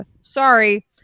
Sorry